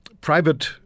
Private